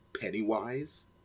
Pennywise